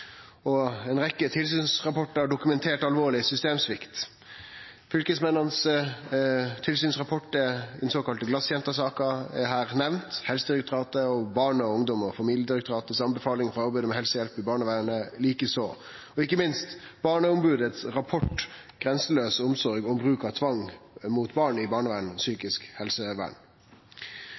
tilsynsrapportar har dokumentert alvorleg systemsvikt. Tilsynsrapportar frå fylkesmennene og den såkalla glasjentesaka er nemnde, Helsedirektoratet og Barne-, ungdoms- og familiedirektoratet si anbefaling om arbeidet med helsehjelp i barnevernet like så, og ikkje minst rapporten frå Barneombodet «Grenseløs omsorg – om bruk av tvang mot barn i barnevern og psykisk helsevern».